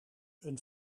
een